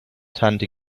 tante